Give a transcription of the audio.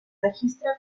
registra